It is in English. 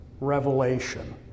revelation